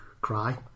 cry